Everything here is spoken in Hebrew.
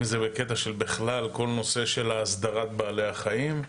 אם זה בקטע של בכלל כל נושא של הסדרת בעלי החיים,